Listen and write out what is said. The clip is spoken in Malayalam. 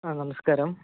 ആ നമസ്കാരം